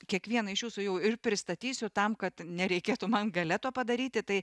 kiekvieną iš jūsų jau ir pristatysiu tam kad nereikėtų man gale to padaryti tai